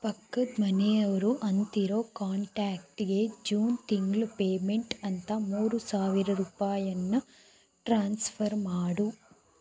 ಪಕ್ಕದ ಮನೆಯವರು ಅಂತಿರೊ ಕಾಂಟ್ಯಾಕ್ಟ್ಗೆ ಜೂನ್ ತಿಂಗ್ಳ ಪೇಮೆಂಟ್ ಅಂತ ಮೂರು ಸಾವಿರ ರೂಪಾಯಿಯನ್ನು ಟ್ರಾನ್ಸ್ಫರ್ ಮಾಡು